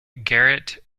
garret